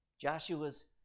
Joshua's